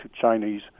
Chinese